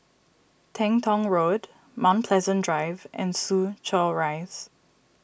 Teng Tong Road Mount Pleasant Drive and Soo Chow Rise